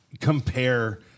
compare